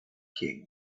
king